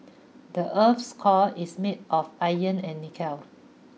the earth's core is made of iron and nickel